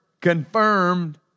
confirmed